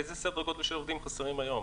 איזה סדר גודל של עובדים חסרים היום?